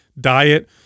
diet